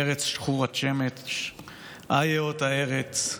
/ ארץ שכורת שמש / איה אותה ארץ,